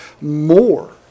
more